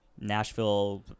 Nashville